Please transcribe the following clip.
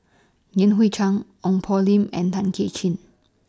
Yan Hui Chang Ong Poh Lim and Tay Kay Chin